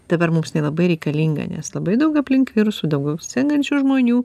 dabar mums nelabai reikalinga nes labai daug aplink virusų daugiau sergančių žmonių